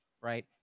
right